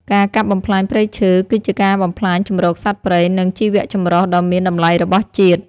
ការកាប់បំផ្លាញព្រៃឈើគឺជាការបំផ្លាញជម្រកសត្វព្រៃ និងជីវៈចម្រុះដ៏មានតម្លៃរបស់ជាតិ។